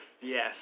Yes